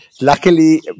Luckily